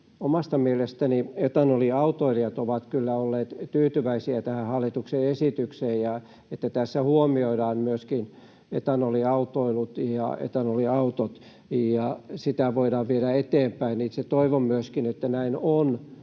omasta mielestäni etanoliautoilijat ovat kyllä olleet tyytyväisiä tähän hallituksen esitykseen, että tässä huomioidaan myöskin etanoliautoilut ja etanoliautot ja sitä voidaan viedä eteenpäin. Itse toivon myöskin, että näin on,